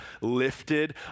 lifted